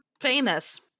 famous